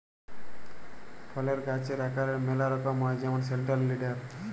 ফলের গাহাচের আকারের ম্যালা রকম হ্যয় যেমল সেলট্রাল লিডার